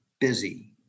busy